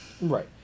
right